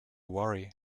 worry